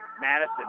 Madison